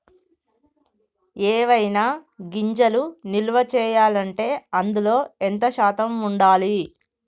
ఏవైనా గింజలు నిల్వ చేయాలంటే అందులో ఎంత శాతం ఉండాలి?